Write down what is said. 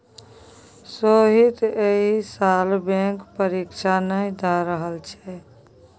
सोहीत एहि साल बैंक परीक्षा नहि द रहल छै